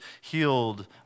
healed